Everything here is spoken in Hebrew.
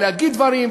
ולהגיד דברים,